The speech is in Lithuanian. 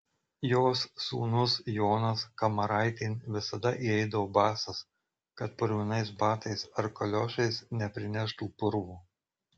jos sūnus jonas kamaraitėn visada įeidavo basas kad purvinais batais ar kaliošais neprineštų purvo